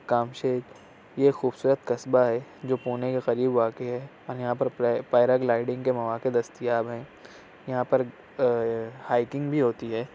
کامشید یہ ایک خوبصورت قصبہ ہے جو پونے کے قریب واقع ہے اور یہاں پر پرئے پیراگلائیڈنگ کے مواقع دستیاب ہیں یہاں پر ہائیکنگ بھی ہوتی ہے